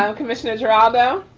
ah commissioner's geraldo.